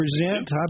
present